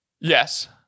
Yes